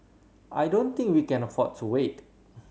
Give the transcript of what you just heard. I don't think we can afford to wait